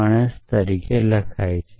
માણસ આ રીતે લખાયેલ છે